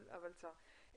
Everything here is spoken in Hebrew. אבל צר.